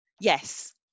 Yes